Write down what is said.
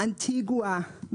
אנטיגואה,